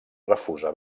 refusa